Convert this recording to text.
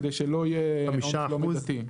כדי שלא יהיה עונש לא מידתי.